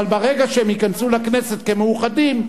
אבל ברגע שהם ייכנסו לכנסת כמאוחדים,